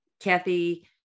Kathy